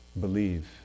Believe